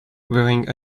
wearing